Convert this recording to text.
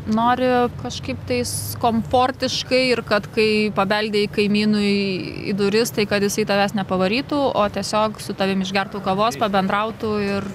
nori kažkaip tais komfortiškai ir kad kai pabeldi kaimynui į duris tai kad jisai tavęs nepavarytų o tiesiog su tavim išgertų kavos pabendrautų ir